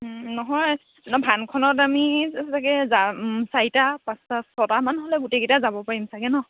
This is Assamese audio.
নহয় ভানখনত আমি চাগে যাম চাৰিটা পাঁচটা ছটামান হ'লে গোটেইকেইটা যাব পাৰিম চাগে নহ্